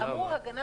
למה?